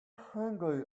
hungry